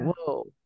whoa